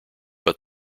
but